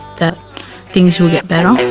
that things will get better.